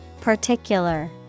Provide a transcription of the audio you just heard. Particular